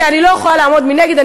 כי אני לא יכולה לעמוד מנגד.